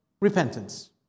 repentance